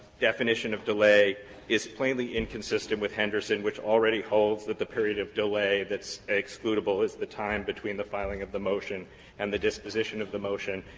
definition of delay is plainly inconsistent with henderson which already holds that the period of delay that's excludable is the time between the filing of the motion and the disposition of the motion.